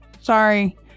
sorry